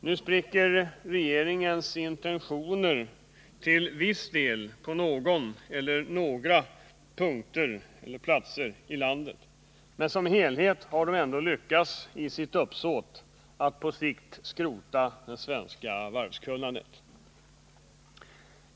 Nu spricker regeringens intentioner till viss del på någon eller några platser i landet, men som helhet har de ändå lyckats i sitt uppsåt att på sikt skrota det svenska varvskunnandet.